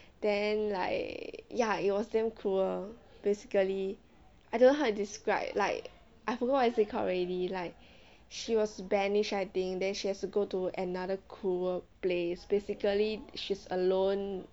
then like ya it was damn cruel basically I don't know how to describe like I forgot what is it called already like she was banished I think then she has to go to another cruel place basically she's alone